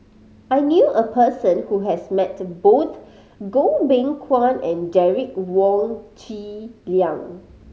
I knew a person who has met both Goh Beng Kwan and Derek Wong Zi Liang